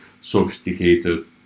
sophisticated